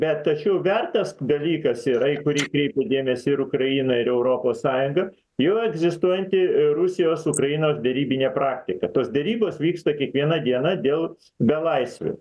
bet tačiau vertas dalykas yra į kurį kreipia dėmesį ir ukraina ir europos sąjunga jau egzistuojanti rusijos ukrainos derybinė praktika tos derybos vyksta kiekvieną dieną dėl belaisvių